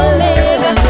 Omega